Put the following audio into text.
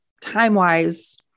time-wise